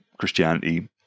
Christianity